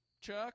Chuck